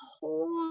whole